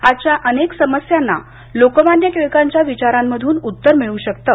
आजच्या अनेक समस्यांना लोकमान्य टिळकांच्या विचारांमधून उत्तरं मिळू शकतात